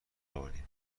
آوردین